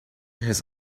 his